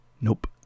Nope